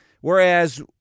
Whereas